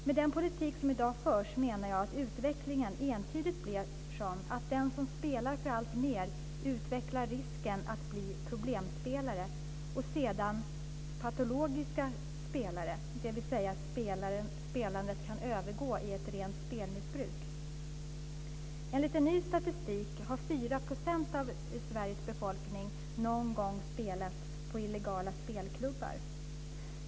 Men den politik som i dag förs menar jag att utvecklingen entydigt är att de som spelar för alltmer utvecklar risken att bli problemspelare och sedan patologiska spelare, dvs. att spelandet kan övergå i ett rent spelmissbruk. Enligt en ny statistik har 4 % av Sveriges befolkning någon gång spelat på illegala spelklubbar.